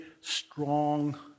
strong